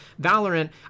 Valorant